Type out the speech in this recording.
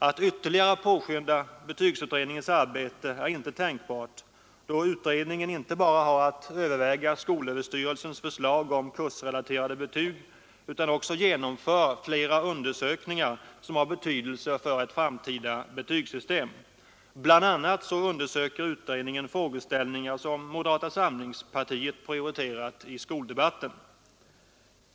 Att ytterligare påskynda betygsutredningens arbete är inte tänkbart, då utredningen inte bara har att överväga skolöverstyrelsens förslag om kursrelaterade betyg utan också genomför flera undersökningar som har betydelse för ett framtida betygssystem. BI. a. undersöker utredningen frågeställningar som moderata samlingspartiet prioriterat i skoldebatten.